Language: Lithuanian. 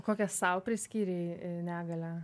kokią sau priskyrei negalią